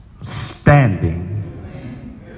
standing